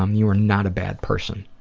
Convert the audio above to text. um you are not a bad person.